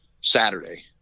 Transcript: Saturday